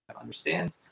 understand